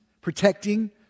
protecting